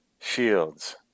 shields